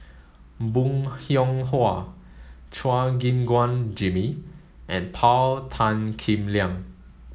Bong Hiong Hwa Chua Gim Guan Jimmy and Paul Tan Kim Liang